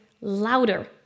louder